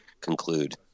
conclude